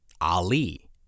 Ali